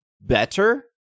better